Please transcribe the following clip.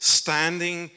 standing